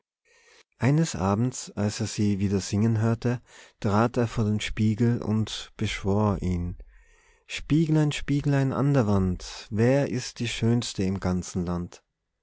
eines abends als er sie wieder singen hörte trat er vor den spiegel und beschwor ihn spieglein spieglein an der wand wer ist die schönste im ganzen land